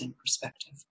perspective